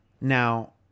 Now